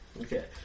Okay